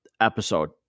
episode